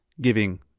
giving